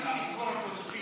אם היית ממשיך עוד קצת,